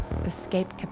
Escape